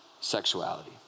sexuality